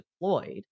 deployed